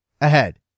ahead